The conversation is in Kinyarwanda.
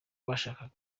bashakaga